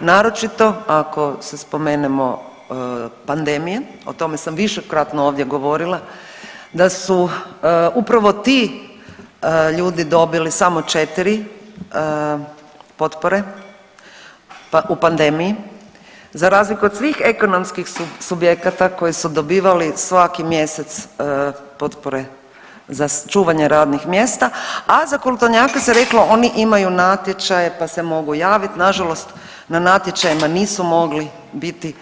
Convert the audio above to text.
Naročito ako se spomenemo pandemije, o tome sam višekratno ovdje govorila da su upravo ti ljudi dobili samo 4 potpore u pandemiji, za razliku od svih ekonomskih subjekata koji su dobivali svaki mjesec potpore za čuvanje radnih mjesta, a za kulturnjake se reklo oni imaju natječaje pa se mogu javiti, nažalost na natječajima nisu mogli biti